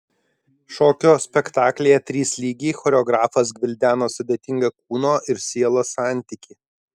šokio spektaklyje trys lygiai choreografas gvildena sudėtingą kūno ir sielos santykį